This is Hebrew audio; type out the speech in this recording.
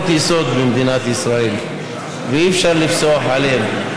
יסוד במדינת ישראל ואי-אפשר לפסוח עליהם.